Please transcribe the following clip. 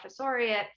professoriate